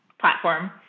platform